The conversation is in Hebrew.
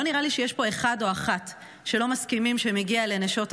לא נראה לי שיש פה אחד או אחת שלא מסכימים שמגיעות לנשות המילואימניקים,